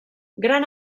gran